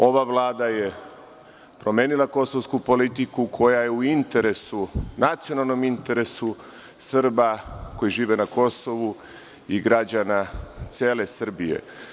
Ova Vlada je promenila kosovsku politiku koja je u interesu, nacionalnom interesu Srba koji žive na Kosovu i građana cele Srbije.